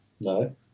No